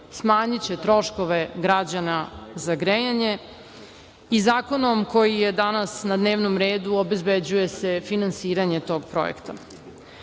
smanjiće troškove građana za grejanje. Zakonom koji je danas na dnevnom redu obezbeđuje se finansiranje tog projekta. Pred